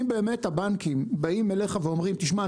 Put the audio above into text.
אם באמת הבנקים באים אליך ואומרים תשמע,